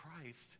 Christ